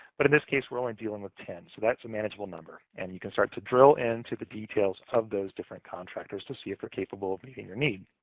but in this case, we're only dealing with ten. so that's a manageable number, and you can start to drill into the details of those different contractors to see if they're capable of meeting your needs.